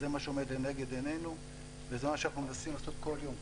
זה מה שעומד לנגד עינינו וזה מה שאנחנו מנסים לעשות כל יום,